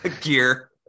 gear